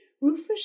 Rufus